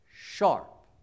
sharp